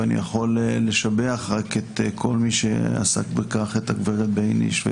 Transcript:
ואני רק יכול לשבח את כל מי שעסק בכך: את הגברת ביניש,